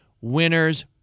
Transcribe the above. winners